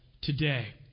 today